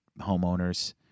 homeowners